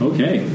Okay